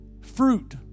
Fruit